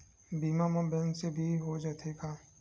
बीमा का बैंक से भी हो जाथे का?